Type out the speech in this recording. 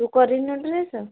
ତୁ କରିନାହୁଁ ଡ୍ରେସ୍